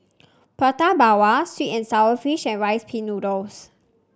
Prata Bawang Sweet and sour fish and Rice Pin Noodles